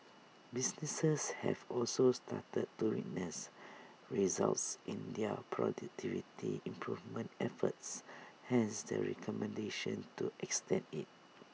businesses have also started to witness results in their productivity improvement efforts hence the recommendation to extend IT